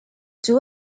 two